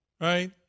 Right